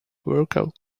workout